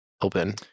open